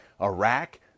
Iraq